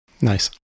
Nice